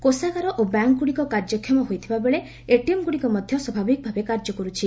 କୋଷାଗାର ଓ ବ୍ୟାଙ୍କଗୁଡିକ କାର୍ଯ୍ୟକ୍ଷମ ହୋଇଥିବାବେଳେ ଏଟିଏମ୍ଗୁଡିକ ମଧ୍ୟ ସ୍ୱାଭାବିକଭାବେ କାର୍ଯ୍ୟ କରୁଛି